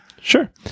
Sure